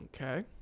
Okay